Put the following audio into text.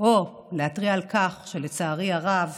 או שלא להתריע על כך שלצערי הרב